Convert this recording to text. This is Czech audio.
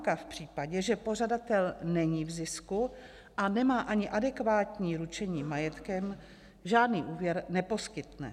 Banka v případě, že pořadatel není v zisku a nemá ani adekvátní ručení majetkem, žádný úvěr neposkytne.